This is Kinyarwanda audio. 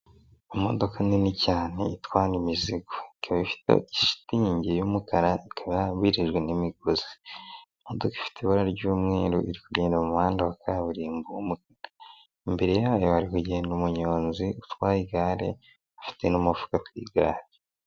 Imodoka nini cyane itwara imizigo; ikaba ifite shitingi y'umukara, ikaba ihambirijwe n'imigozi, imodoka ifite ibara ry'umweru iri kugenda mu muhanda wa kaburimbo, imbere yayo hari kugenda umunyonzi utwaye igare afite n'umufuka ku igare.